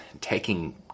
taking